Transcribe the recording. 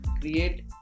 create